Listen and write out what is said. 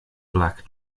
black